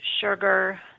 sugar